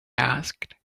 asked